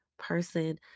person